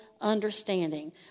understanding